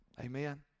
Amen